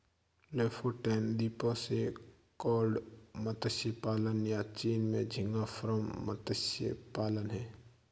Lofoten द्वीपों से cod मत्स्य पालन, या चीन में झींगा फार्म मत्स्य पालन हैं